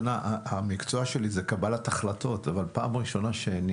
המקצוע שלי הוא קבלת החלטות אבל פעם ראשונה שאני